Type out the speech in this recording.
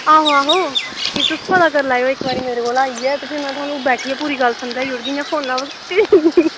आहो आहो ते तुस पता करी लैयो मेरे कोल इक्क बारी की भला इयै ते भी में तुंदे कोल बैठियै पूरी गल्ल समझाई ओड़गी जियां में फोनै पर कीती नी